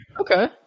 Okay